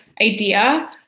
idea